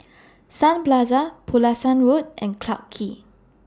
Sun Plaza Pulasan Road and Clarke Quay